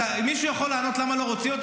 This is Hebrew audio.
מישהו יכול לענות למה לא רוצים אותם?